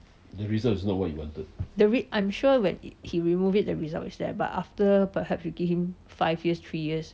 the re~ I'm sure when h~ he remove it the result is there but after perhaps you give him five years three years